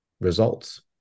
results